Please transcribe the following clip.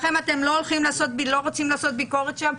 לכן אתם לא רוצים לעשות ביקורת שם,